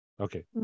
Okay